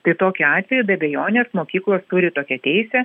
tai tokiu atveju be abejonės mokyklos turi tokią teisę